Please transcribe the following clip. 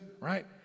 right